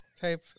type